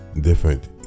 different